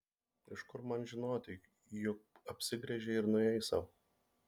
iš kur man žinoti juk apsigręžei ir nuėjai sau